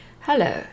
Hello